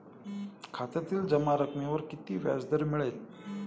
खात्यातील जमा रकमेवर किती व्याजदर मिळेल?